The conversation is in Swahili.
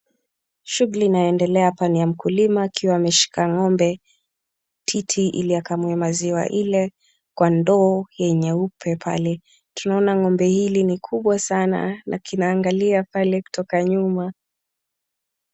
Shughuli inayoendelea hapa ni ya mkulima akiwa ameshika ng'ombe titi ili akamue maziwa ile kwa ndoo ya nyeupe pale. Tunaona ng'ombe hii ni kubwa sana na kinaaangalia pale kutoka nyuma.